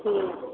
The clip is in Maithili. ठीक